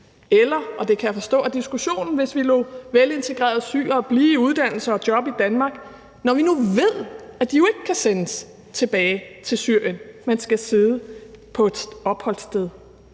eller, og det kan jeg forstå er diskussionen, hvis vi lod velintegrerede syrere blive i uddannelse og job i Danmark, når vi nu ved, at de jo ikke kan sendes tilbage til Syrien, men skal sidde på et opholdssted.